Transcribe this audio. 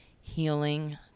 healing